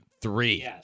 three